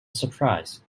surprise